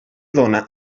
dóna